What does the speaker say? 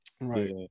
right